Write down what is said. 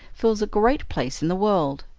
fills a great place in the world.